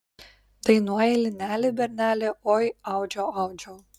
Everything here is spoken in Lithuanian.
dainuoja lineli berneli oi audžiau audžiau